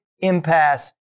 impasse